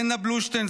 עדנה בלושטיין,